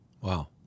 Wow